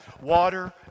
Water